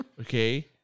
Okay